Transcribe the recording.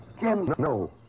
No